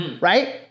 right